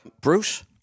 Bruce